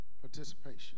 Participation